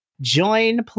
join